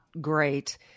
Great